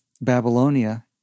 Babylonia